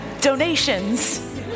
Donations